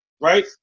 Right